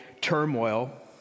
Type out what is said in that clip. turmoil